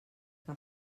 que